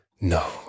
No